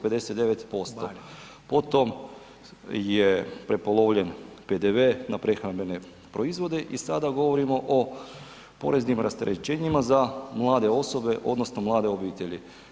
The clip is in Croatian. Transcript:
Po tom je prepolovljen PDV na prehrambene proizvode i sada govorimo o poreznim rasterećenjima za mlade osobe odnosno mlade obitelji.